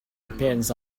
depends